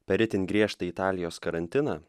per itin griežtą italijos karantiną